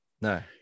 No